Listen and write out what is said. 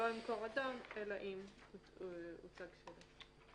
לא ימכור אדם אלא אם הוצג שלט.